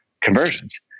conversions